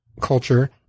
culture